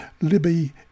Libby